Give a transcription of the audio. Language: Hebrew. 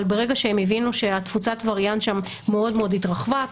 אבל ברגע שהם הבינו שתפוצת הווריאנט שם מאוד מאוד התרחבה,